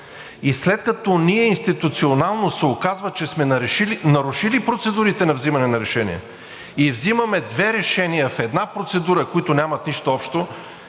И след като ние институционално се оказва, че сме нарушили процедурите на взимане на решение и взимаме две решения в една процедура, които нямат нищо общо,